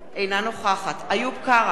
אינה נוכחת איוב קרא,